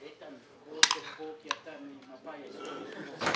עושים את החישוב המעודכן, יש פער